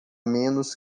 menos